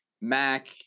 Mac